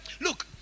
Look